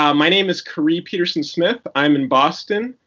um my name is khury petersen-smith. i'm in boston,